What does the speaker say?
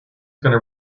going